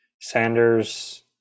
Sanders